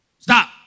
Stop